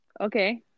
Okay